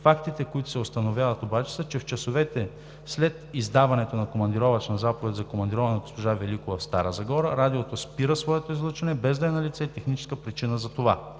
Фактите, които се установяват обаче, са, че часове след издаването на командировъчна заповед за командироване на госпожа Великова в Стара Загора, Радиото спира своето излъчване, без да е налице техническа причина за това.